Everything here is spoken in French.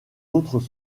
autres